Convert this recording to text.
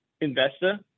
investor